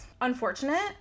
unfortunate